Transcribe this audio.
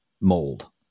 mold